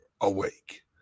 awake